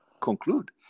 conclude